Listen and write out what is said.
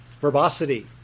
Verbosity